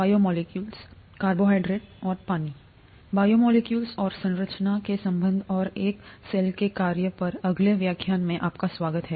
biomolecules और संरचना के संबंध और एक सेल का कार्य" पर अगले व्याख्यान में आपका स्वागत है